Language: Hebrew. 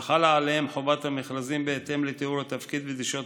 וחלה עליהם חובת המכרזים בהתאם לתיאור התפקיד ודרישות